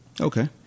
Okay